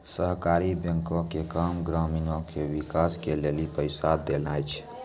सहकारी बैंको के काम ग्रामीणो के विकास के लेली पैसा देनाय छै